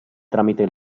tramite